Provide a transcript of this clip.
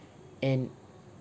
and